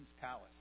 palace